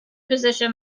position